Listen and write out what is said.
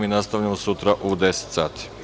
Nastavljamo sutra u 10.00 sati.